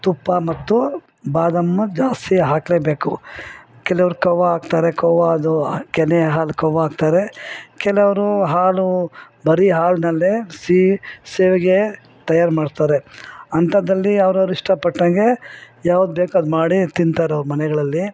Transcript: ತುಪ್ಪ ಮತ್ತು ಬಾದಾಮಿ ಜಾಸ್ತಿ ಹಾಕಲೇಬೇಕು ಕೆಲವ್ರು ಕೋವಾ ಹಾಕ್ತಾರೆ ಕೋವಾದು ಕೆನೆ ಹಾಲು ಕೋವಾ ಹಾಕ್ತಾರೆ ಕೆಲವರು ಹಾಲು ಬರೀ ಹಾಲಿನಲ್ಲೇ ಸಿಹಿ ಶಾವ್ಗೆ ತಯಾರು ಮಾಡ್ತಾರೆ ಅಂಥದ್ದಲ್ಲಿ ಅವ್ರವ್ರು ಇಷ್ಟಪಟ್ಟಂಗೆ ಯಾವ್ದು ಬೇಕು ಅದು ಮಾಡಿ ತಿಂತಾರೆ ಅವ್ರು ಮನೆಗಳಲ್ಲಿ